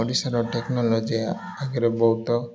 ଓଡ଼ିଶାର ଟେକ୍ନୋଲୋଜି ଆଗରେ ବହୁତ